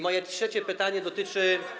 Moje trzecie pytanie dotyczy.